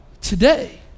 today